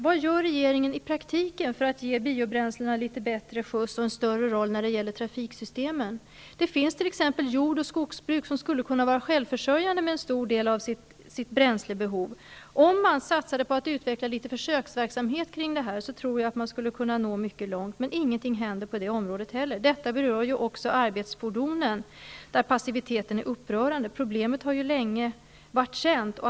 Vad gör regeringen i praktiken för att ge biobränslena litet bättre skjuts och en större roll när det gäller trafiksystemen? Det finns t.ex. jord och skogsbruk som skulle kunna vara självförsörjande med en stor del av sitt bränslebehov. Jag tror att man skulle kunna nå mycket långt om man satsade på att utveckla litet försöksverksamhet kring det här, men ingenting händer på det området heller. Detta berör ju också arbetsfordonen. Där är passiviteten upprörande. Problemet har varit känt länge.